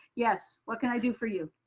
yes, what can i do for you?